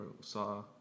saw